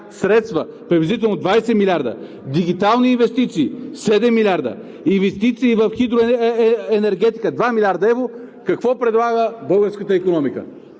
средства, приблизително 20 милиарда; дигитални инвестиции – 7 милиарда; инвестиции в хидроенергетиката – 2 милиарда евро, какво предлага българската икономика